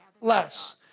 less